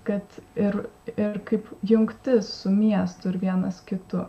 kad ir ir kaip jungtis su miestu ir vienas kitu